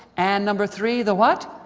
and number three, the what.